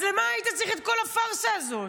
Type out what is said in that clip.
אז למה היית צריך את כל הפארסה הזאת?